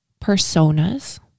personas